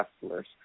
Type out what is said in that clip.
customers